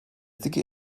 dicke